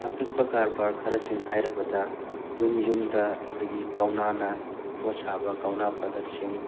ꯑꯄꯤꯛꯄ ꯀꯔꯕꯥꯔ ꯈꯔꯁꯤꯡ ꯍꯥꯏꯔꯕꯗ ꯌꯨꯝ ꯌꯨꯝꯗ ꯑꯩꯈꯣꯏꯒꯤ ꯀꯧꯅꯥꯅ ꯄꯣꯠ ꯁꯥꯕ ꯀꯧꯅꯥ ꯄ꯭ꯔꯗꯛꯁꯤꯡ